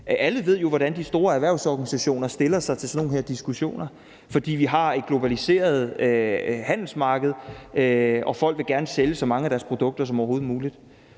Alle ved jo, hvordan de store erhvervsorganisationer stiller sig til sådan nogle diskussioner her. For vi har et globaliseret handelsmarked, og folk vil gerne sælge så mange af deres produkter som overhovedet muligt.